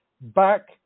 back